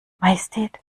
majestät